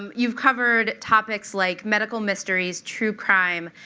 um you've covered topics like medical mysteries, true crime,